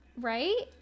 Right